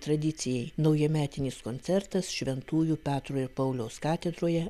tradicijai naujametinis koncertas šventųjų petro ir pauliaus katedroje